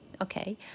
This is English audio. Okay